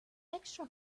extra